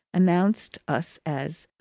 announced us as,